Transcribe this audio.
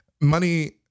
money